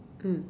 mm